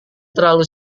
terlalu